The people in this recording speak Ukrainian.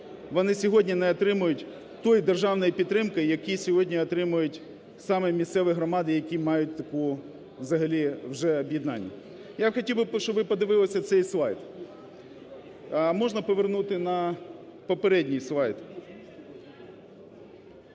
вони сьогодні не отримують тої державної підтримки, яку сьогодні отримують саме місцеві громади, які таку… взагалі вже об'єднання. Я хотів би, щоб ви подивилися цей слайд. Можна повернути на попередній слайд?